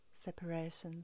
separations